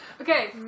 Okay